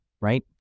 right